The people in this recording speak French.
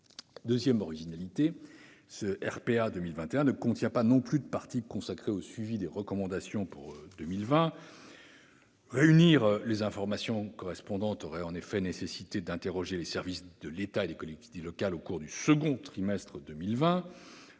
seconde originalité, ce RPA 2021 ne contient pas non plus de partie consacrée au suivi des recommandations pour 2020. Réunir les informations correspondantes aurait en effet nécessité d'interroger les services de l'État et des collectivités locales au cours du second trimestre de 2020,